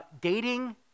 Dating